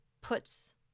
puts